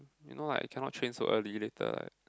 you know what I cannot train so early later